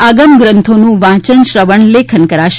આગમ ગ્રંથોનું વાંચન શ્રવણ લેખન કરાશે